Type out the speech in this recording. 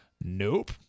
Nope